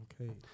Okay